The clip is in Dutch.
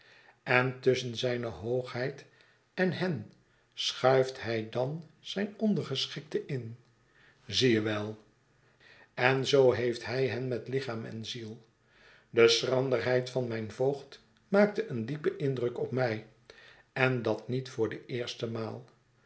en tusschen zijne hoogheid en hen schuift hij dan zijn ondergeschikte in zie je wel en zoo heeft hij hen met lichaam en ziel de schranderheid van mijn voogd maakte een diepen indruk op mij en dat niet voor de eerste maal